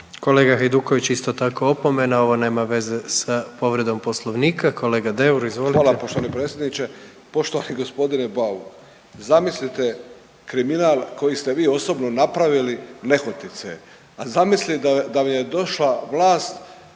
Kolega Hajduković isto tako opomena ovo nema veze sa povredom poslovnika. Kolega Deur izvolite. **Deur, Ante (HDZ)** Hvala poštovani predsjedniče. Poštovani g. Bauk, zamislite kriminal koji ste vi osobno napravili nehotice, a zamislite da je došla vlast